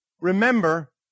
remember